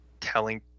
telling